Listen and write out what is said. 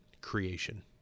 creation